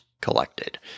collected